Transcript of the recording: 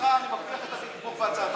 אז אם זה ככה, אני מבטיח שאתה תתמוך בהצעת החוק.